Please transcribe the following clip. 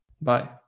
Bye